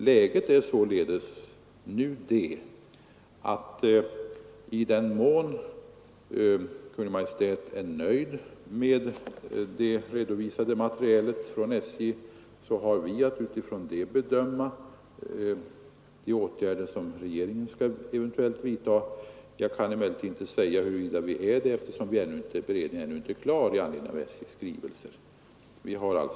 Läget är således nu att i den mån Kungl. Maj:t är nöjd med det redovisade materialet från SJ, har vi att utifrån det bedöma de åtgärder som regeringen eventuellt skall vidta. Jag kan emellertid inte säga huruvida vi är nöjda med materialet, eftersom beredningen av SJ:s skrivelser ännu inte är klar.